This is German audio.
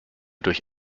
durch